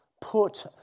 put